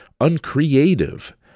uncreative